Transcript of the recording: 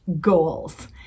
goals